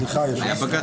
סליחה, היושב-ראש.